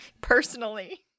personally